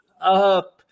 up